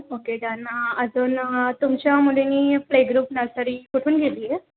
okay done अजून तुमच्या मुलीनी प्ले ग्रुप नर्सरी कुठून घेतली आहे